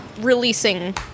releasing